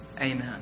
Amen